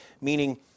Meaning